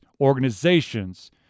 organizations